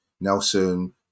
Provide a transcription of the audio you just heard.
Nelson